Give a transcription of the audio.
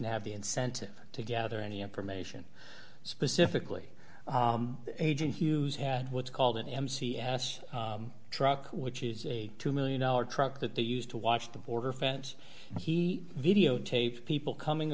have the incentive to gather any information specifically agent hughes had what's called an mc ass truck which is a two million dollars truck that they used to watch the border fence and he videotaped people coming